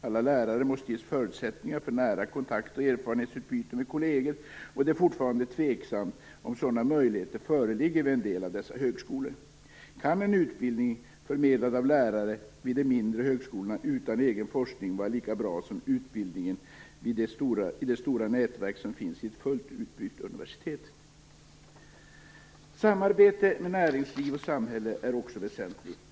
Alla lärare måste ges förutsättningar för nära kontakter och erfarenhetsutbyten med kolleger. Det är fortfarande tveksamt om sådana möjligheter föreligger vid en del av dessa högskolor. Kan en utbildning förmedlad av lärare vid de mindre högskolorna utan egen forskning vara lika bra som utbildningen i det stora nätverk som finns vid ett fullt utbyggt universitet? Samarbete med näringsliv och samhälle är också väsentligt.